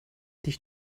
dich